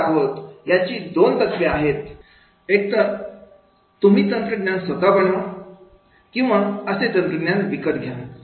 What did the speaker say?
याची दोन तत्त्वे आहेत एक तर तुम्ही तंत्रज्ञान स्वतः बनवा किंवा असे तंत्रज्ञान विकत घ्या